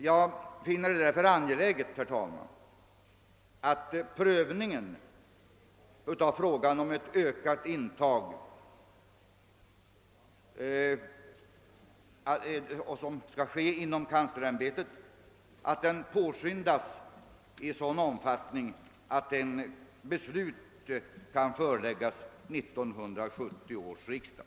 Jag finner det därför angeläget, herr talman, att prövningen av frågan om en ökad intagning, som skall ske inom kanslersämbetet, påskyndas så att beslut kan föreläggas 1970 års riksdag.